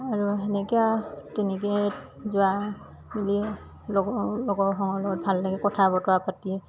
আৰু সেনেকে তেনেকেই লগত ভাল লাগে কথা বতৰা পাতি